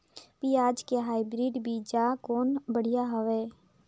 पियाज के हाईब्रिड बीजा कौन बढ़िया हवय?